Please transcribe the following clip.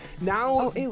Now